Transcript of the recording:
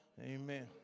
Amen